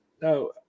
No